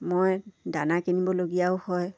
মই দানা কিনিবলগীয়াও হয়